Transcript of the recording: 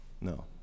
No